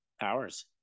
hours